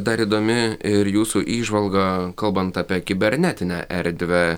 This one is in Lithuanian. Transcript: dar įdomi ir jūsų įžvalga kalbant apie kibernetinę erdvę